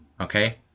okay